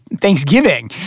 Thanksgiving